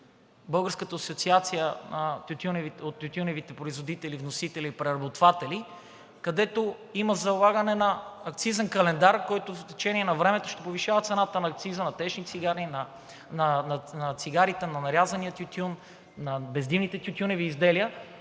Българската асоциация на тютюневите производители, вносители и преработватели, където има залагане на акцизен календар, който с течение на времето ще повишава цената на акциза на течни цигари, на цигарите, на нарязания тютюн, на бездимните тютюневи изделия.